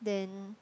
then